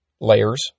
layers